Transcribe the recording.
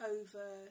over